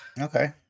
Okay